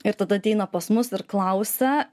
ir tada ateina pas mus ir klausia